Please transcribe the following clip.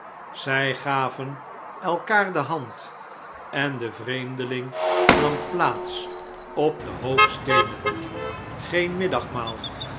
zij gaven elkaar de hand en de vreemdeling nam plaats op den hoop steenen geen